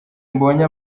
mbonye